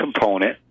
component